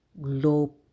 low